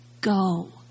Go